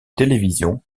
télévision